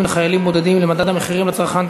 לחיילים בודדים למדד המחירים לצרכן,